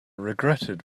regretted